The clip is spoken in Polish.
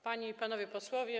Panie i Panowie Posłowie!